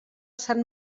sant